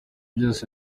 byose